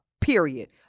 period